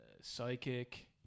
psychic